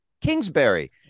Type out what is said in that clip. Kingsbury